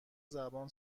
زبان